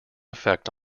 effect